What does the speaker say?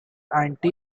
anti